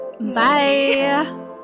Bye